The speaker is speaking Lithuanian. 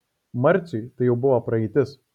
marciui tai jau buvo praeitis